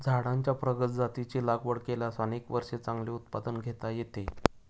झाडांच्या प्रगत जातींची लागवड केल्यास अनेक वर्षे चांगले उत्पादन घेता येते